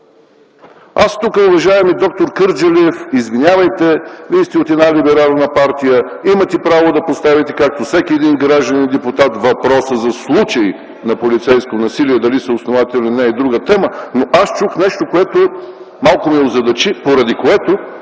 Уважаеми д-р Кърджалиев, извинявайте, Вие сте от една либерална партия и имате право да поставите, както всеки един гражданин-депутат, въпроса за случаи на полицейско насилие. Дали са основателни или не – е друга тема, но аз чух нещо, което малко ме озадачи, поради което